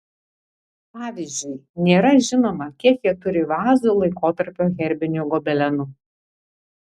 pavyzdžiui nėra žinoma kiek jie turi vazų laikotarpio herbinių gobelenų